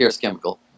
Chemical